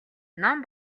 ном